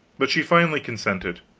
but she finally consented.